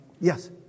yes